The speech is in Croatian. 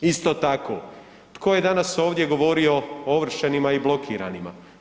Isto tako, tko je danas ovdje govorio o ovršenima i blokiranima?